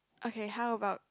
okay how about